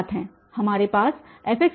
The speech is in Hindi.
हमारे पास fxa0a1xa2x2 है